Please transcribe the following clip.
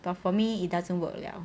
but for me it doesn't work liao